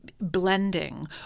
blending